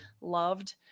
loved